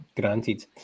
Granted